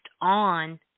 on